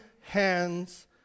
hands